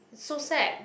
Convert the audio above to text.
so sad